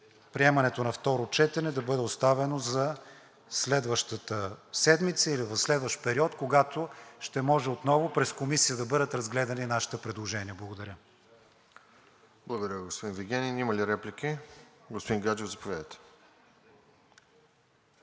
Приемането на второ четене да бъде оставено за следващата седмица или в следващ период, когато ще може отново през Комисия да бъдат разгледани нашите предложения. Благодаря. ПРЕДСЕДАТЕЛ РОСЕН ЖЕЛЯЗКОВ: Благодаря, господин Вигенин. Има ли реплики? Господин Гаджев, заповядайте.